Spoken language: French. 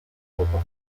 reporter